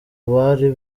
bari